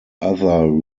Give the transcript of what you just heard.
other